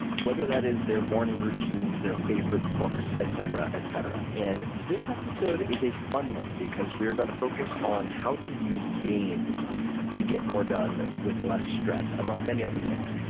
whether that is their morning routines, their favorite books, etc. and this episode is a fun one because we are going to focus on how to use games to get more done with less stress, among many other things.